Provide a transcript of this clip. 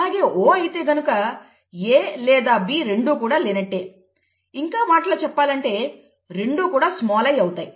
అలాగే O అయితే గనుక A లేదా B రెండు కూడా లేనట్టు ఇంకో మాటలో చెప్పాలంటే రెండూ కూడా స్మాల్i అవుతాయి